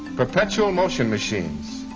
perpetual motion machines.